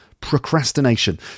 Procrastination